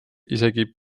isegi